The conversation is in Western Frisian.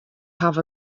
haw